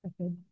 Okay